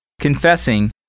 confessing